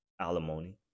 alimony